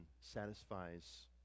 satisfies